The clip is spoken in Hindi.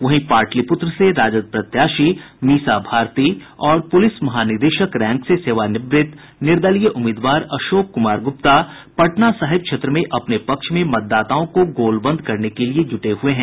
वहीं पाटलिपुत्र से राजद प्रत्याशी मीसा भारती और पुलिस महानिदेशक रैंक से सेवानिवृत्त निर्दलीय उम्मीदवार अशोक कुमार गुप्ता पटना साहिब क्षेत्र में अपने पक्ष में मतदाताओं को गोलबंद करने के लिये जुटे हुए हैं